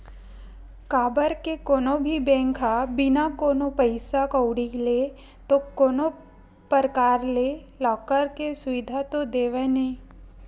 काबर के कोनो भी बेंक ह बिना कोनो पइसा कउड़ी ले तो कोनो परकार ले लॉकर के सुबिधा तो देवय नइ